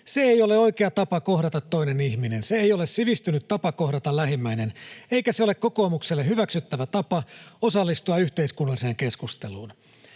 Se ei ole oikea tapa kohdata toinen ihminen. Se ei ole sivistynyt tapa kohdata lähimmäinen. Eikä se ole kokoomukselle hyväksyttävä tapa osallistua yhteiskunnalliseen keskusteluun.